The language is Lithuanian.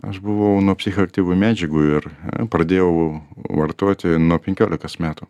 aš buvau nuo psichoaktyvių medžiagų ir pradėjau vartoti nuo penkiolikos metų